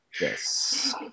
Yes